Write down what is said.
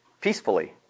Peacefully